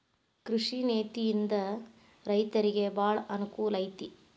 ಕೃಷಿ ನೇತಿಯಿಂದ ರೈತರಿಗೆ ಬಾಳ ಅನಕೂಲ ಐತಿ